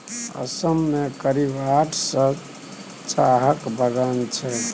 असम मे करीब आठ सय चाहक बगान छै